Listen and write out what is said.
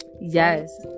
Yes